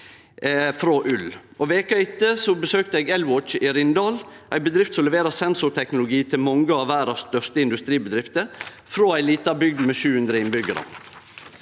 frå ull. Veka etter besøkte eg ElWatch i Rindal, ei bedrift som leverer sensorteknologi til mange av dei største industribedriftene i verda – frå ei lita bygd med 700 innbyggjarar.